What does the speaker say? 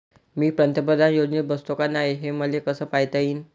मी पंतप्रधान योजनेत बसतो का नाय, हे मले कस पायता येईन?